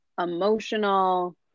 emotional